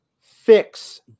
fix